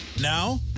Now